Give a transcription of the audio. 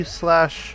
slash